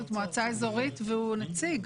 זו מועצה אזורית והוא נציג.